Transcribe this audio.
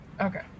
Okay